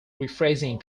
rephrasing